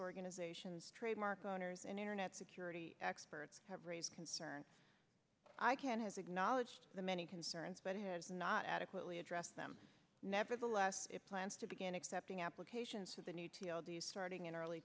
organizations trademark owners and internet security experts have raised concerns icann has acknowledged the many concerns but has not adequately addressed them nevertheless it plans to begin accepting applications for the new t o the starting in early